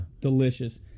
Delicious